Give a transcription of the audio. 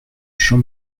jean